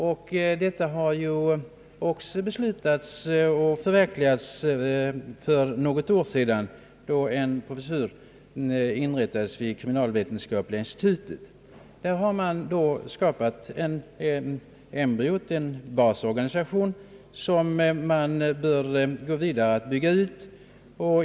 En sådan har också beslutats och förverkligats för något år sedan, då en professur inrättades vid kriminalvetenskapliga institutet. Där har man skapat en basorganisation som bör ytterligare byggas ut.